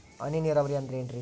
ಹನಿ ನೇರಾವರಿ ಅಂದ್ರೇನ್ರೇ?